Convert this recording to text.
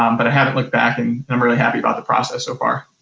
um but i haven't looked back and and i'm really happy about the process so far.